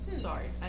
sorry